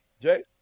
Jay